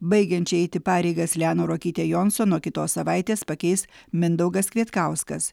baigiančią eiti pareigas lianą ruokytę jonson nuo kitos savaitės pakeis mindaugas kvietkauskas